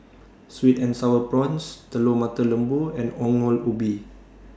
Sweet and Sour Prawns Telur Mata Lembu and Ongol Ubi